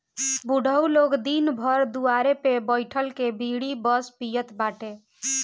बुढ़ऊ लोग दिन भर दुआरे पे बइठ के बीड़ी बस पियत बाटे